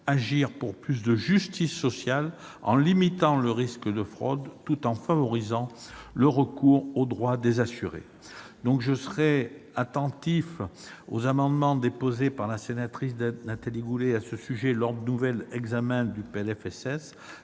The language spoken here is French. agir pour plus de justice sociale, en limitant le risque de fraude, tout en favorisant le recours aux droits des assurés. Je serai attentif aux amendements déposés par la sénatrice Nathalie Goulet à ce sujet lors de l'examen en